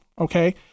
okay